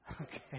Okay